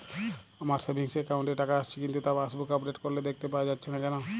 আমার savings account এ টাকা আসছে কিন্তু তা পাসবুক আপডেট করলে দেখতে পাওয়া যাচ্ছে না কেন?